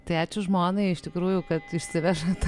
tai ačiū žmonai iš tikrųjų kad išsiveža ta